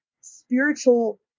spiritual